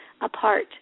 apart